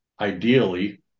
ideally